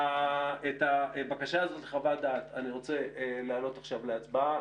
את הבקשה הזאת לחוות דעת אני רוצה להעלות עכשיו להצבעה.